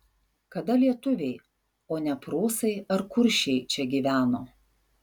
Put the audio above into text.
kada lietuviai o ne prūsai ar kuršiai čia gyveno